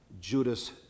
Judas